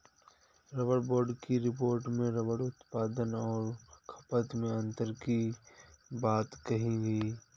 rubber board की report में rubber उत्पादन और खपत में अन्तर की बात कही गई